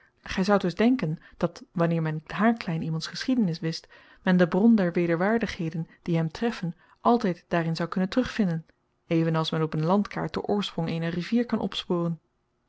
gij zoudt dus denken dat wanneer men haarklein iemands geschiedenis wist men de bron der wederwaardigheden die hem treffen altijd daarin zoû kunnen terugvinden even als men op een landkaart den oorsprong eener rivier kan opsporen